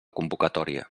convocatòria